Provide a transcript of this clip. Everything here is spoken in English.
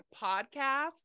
podcast